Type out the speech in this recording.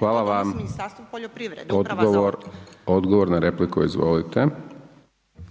Hvala vam. Odgovor na repliku, izvolite